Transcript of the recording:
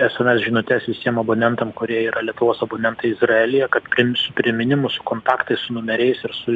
sms žinutes visiem abonentam kurie yra lietuvos abonentai izraelyje kad priims priminimus su kontaktais su numeriais ir su